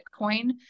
Bitcoin